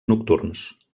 nocturns